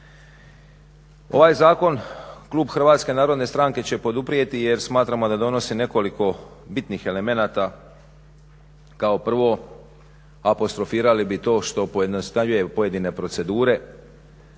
Ovaj zakon klub HNS-a će poduprijeti jer smatramo da donosi nekoliko bitnih elemenata, kao prvo apostrofirali bi to što pojednostavljuje pojedine procedure,